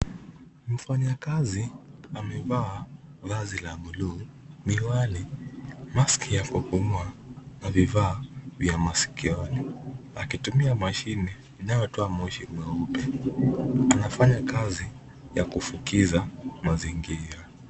Mfanyakazi amevaa vazi la buluu, miwani mask ya kupumua na vifaa vya masikioni, akitumia mashine inayotoa moshi mweupe. Anafanya kazi ya kufukiza mazingira.